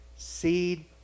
Seed